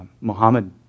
Muhammad